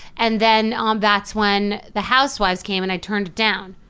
and then that's when the housewives came and i turned it down.